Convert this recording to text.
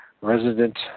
resident